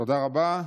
תודה רבה.